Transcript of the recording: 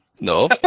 No